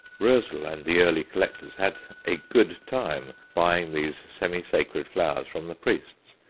roezl and the early collectors had a good time, buying these semi-sacred flowers from the priests,